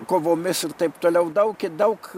kovomis ir taip toliau daug i daug